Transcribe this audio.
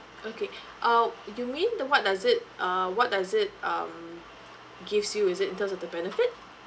okay uh you mean the what does it uh what does it um gives you is it in terms of the benefit